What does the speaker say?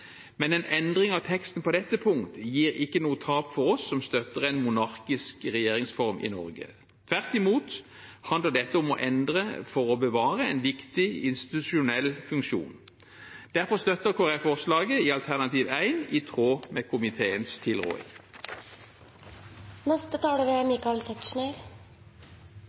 Men en endring av teksten på dette punkt gir ikke noe tap for oss som støtter en monarkisk regjeringsform i Norge. Tvert imot handler dette om å endre for å bevare en viktig institusjonell funksjon. Derfor støtter Kristelig Folkeparti komiteens tilråding – alternativ 1. Som en av forslagsstillerne vil jeg bare registrere at forslaget er